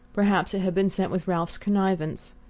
perhaps it had been sent with ralph's connivance!